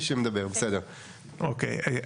אוקיי.